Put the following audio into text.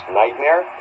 nightmare